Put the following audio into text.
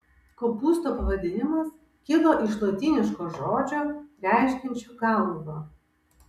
kopūsto pavadinimas kilo iš lotyniško žodžio reiškiančio galvą